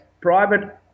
private